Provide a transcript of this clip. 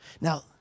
Now